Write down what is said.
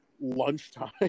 lunchtime